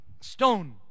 stone